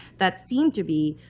that seem to be,